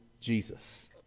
Jesus